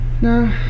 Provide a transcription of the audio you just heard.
No